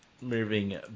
moving